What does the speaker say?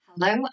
Hello